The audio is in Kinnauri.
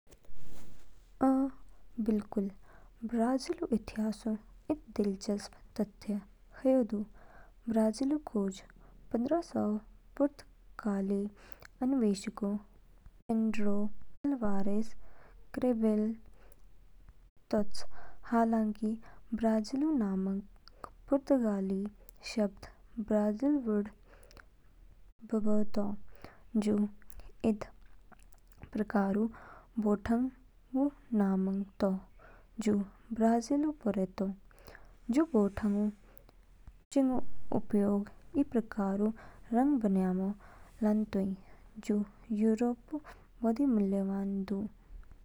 अ, बिल्कुल। ब्राज़ीलऊ इतिहासऊ इद दिलचस्प तथ्य ह्यू दू। ब्राज़ीलऊ खोज पंद्रह सौ पुर्तगाली अन्वेषक पेड्रो अल्वारेस कैब्रल तोच। हालांकि, ब्राज़ीलऊ नामंग पुर्तगाली शब्द "ब्राज़ीलवुड" बबअ तो, जू इद प्रकारऊ बोटंगू नामंग तो। जू ब्राज़ीलऊ परेतो। जूबोठंगगू शिंगगू उपयोग इ प्रकारऊ रंग बनयामो लानतोइ जू यूरोप बोदी मूल्यवान दू।